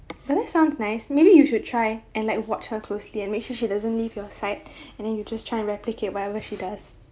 well that sounds nice maybe you should try and like watch her closely and make sure she doesn't leave your side and then you just try and replicate whatever she does